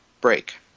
break